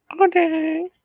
Okay